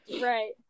Right